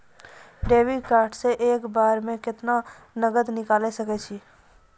Debit card से एक बार मे केतना नगद निकाल सके छी?